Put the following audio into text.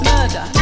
Murder